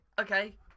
Okay